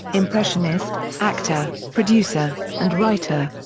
impressionist, actor, producer, and writer.